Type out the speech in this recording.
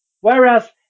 Whereas